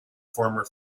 former